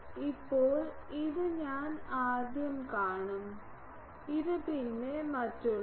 ഇപ്പോൾ ഇത് ഞാൻ ആദ്യം കാണും ഇത് പിന്നെ മറ്റുള്ളവർ